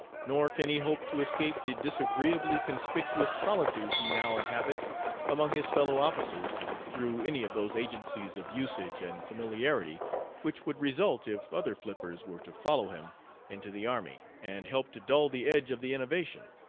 nor can he hope to escape the disagreeably conspicuous solitude he now inhabits among his fellow-officers through any of those agencies of usage and familiarity which would result if other flippers were to follow him into the army and help to dull the edge of the innovation.